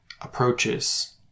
Approaches